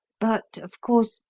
but, of course,